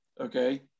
okay